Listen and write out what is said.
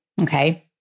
okay